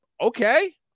okay